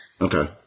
Okay